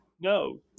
No